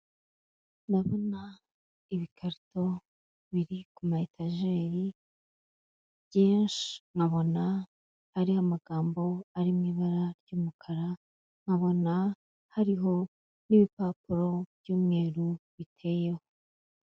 Ndabona ibikarito biri ku ma etejeri byinshi, nkabona hariho amagambo ari mu ibara ry'umukara, nkabona hariho n'ibipapuro by'umweru biteyeho.